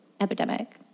epidemic